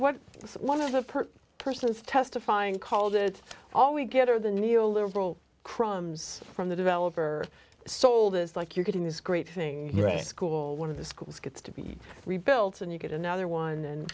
one of the per person is testifying called it all we get are the neo liberal crumbs from the developer sold is like you're getting this great thing right school one of the schools gets to be rebuilt and you get another one and